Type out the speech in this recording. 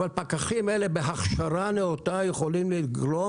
אבל פקחים אלה בהכשרה נאותה יכולים לגרום